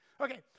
Okay